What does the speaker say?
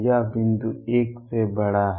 यह बिंदु 1 से बड़ा है